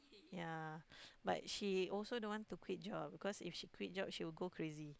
ya but she also don't want to quit job because if she quit job she will go crazy